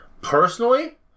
Personally